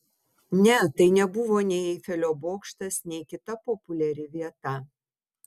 ne tai nebuvo nei eifelio bokštas nei kita populiari vieta